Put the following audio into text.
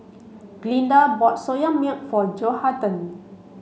Glynda bought Soya milk for Johathan